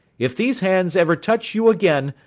if these hands ever touch you again,